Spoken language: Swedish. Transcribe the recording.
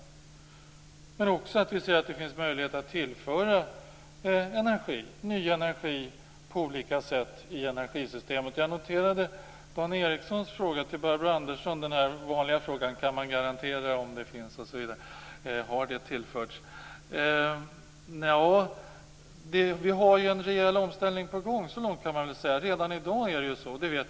Vi har också sett möjligheter att tillföra energi, ny energi, på olika sätt i energisystemet. Jag noterade Dan Ericssons fråga till Barbro Andersson. Det var den vanliga frågan: Kan man garantera om det finns... Har det tillförts... Vi har en rejäl omställning på gång. Så mycket kan man säga. Redan i dag är det på det sättet.